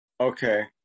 Okay